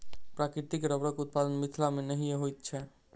प्राकृतिक रबड़क उत्पादन मिथिला मे नहिये होइत छै